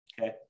okay